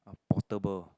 portable